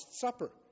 Supper